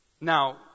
Now